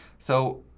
so,